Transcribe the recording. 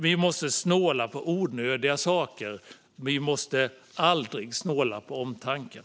Vi måste snåla på onödiga saker, men vi får aldrig snåla på omtanken.